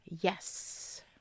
yes